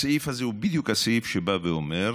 הסעיף הזה הוא בדיוק הסעיף שבא ואומר: